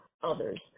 others